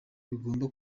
bigomba